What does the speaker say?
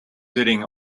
sitting